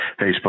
Facebook